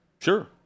Sure